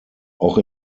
auch